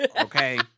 Okay